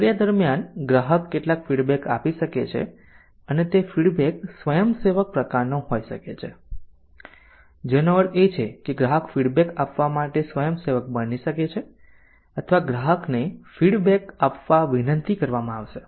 પ્રક્રિયા દરમિયાન ગ્રાહક કેટલાક ફીડબેક આપી શકે છે અને તે ફીડબેક સ્વયંસેવક પ્રકારનો હોઈ શકે છે જેનો અર્થ છે કે ગ્રાહક ફીડબેક આપવા માટે સ્વયંસેવક બની શકે છે અથવા ગ્રાહકને ફીડબેક આપવા વિનંતી કરવામાં આવશે